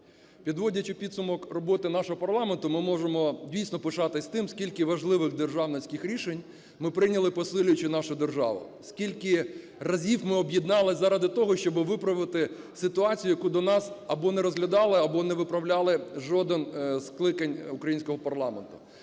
Підводячи підсумок роботи нашого парламенту, ми можемо дійсно пишатися тим, скільки важливих державницьких рішень ми прийняли, посилюючи нашу державу, скільки разів ми об'єднались заради того, щоби виправити ситуацію, яку до нас або не розглядало, або не виправляло жодне зі скликань українського парламенту.